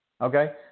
okay